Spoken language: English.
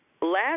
Last